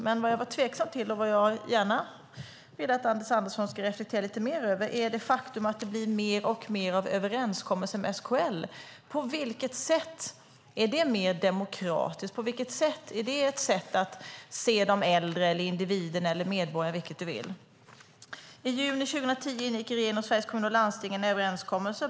Men vad jag var tveksam till, och vad jag gärna vill att Anders Andersson ska reflektera lite mer över, är det faktum att det blir mer och mer av överenskommelser med SKL. På vilket sätt är det mer demokratiskt? På vilket sätt är det ett sätt att se de äldre eller individen eller medborgaren? I betänkandet kan vi läsa att i juni 2010 ingick regeringen och Sveriges Kommuner och Landsting en överenskommelse.